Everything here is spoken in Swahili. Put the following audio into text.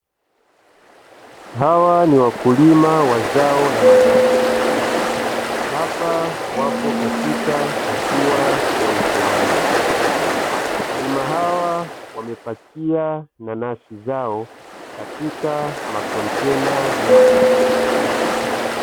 Hawa ni wakulima wa zao la nanasi, hapa wapo katika hatua ya uvunaji. Wakulima hawa wamepakia nanasi zao katika makontena ya plastiki.